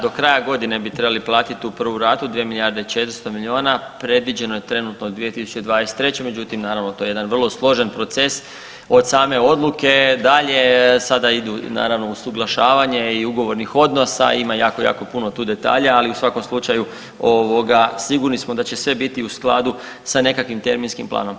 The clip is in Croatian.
Do kraja godine bi trebali platiti tu prvu ratu 2 milijarde 400 miliona, predviđeno je trenutno 2023., međutim naravno to je jedan vrlo složen proces od same odluke dalje sada idu naravno usuglašavanje i ugovornih odnos, ima jako, jako puno tu detalja ali u svakom slučaju ovoga sigurni smo da će sve biti u skladu sa nekakvim terminskim planom.